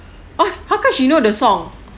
ha how come she know the song